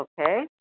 Okay